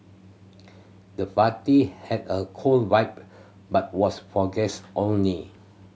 the party had a cool vibe but was for guest only